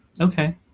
Okay